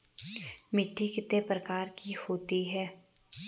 मिट्टी कितने प्रकार की होती है?